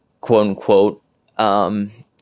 quote-unquote